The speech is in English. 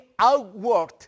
outworked